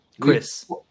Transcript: Chris